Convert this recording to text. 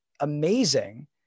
amazing